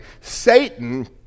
Satan